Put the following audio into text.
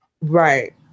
right